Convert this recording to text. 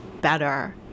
better